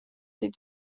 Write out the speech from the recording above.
დიდ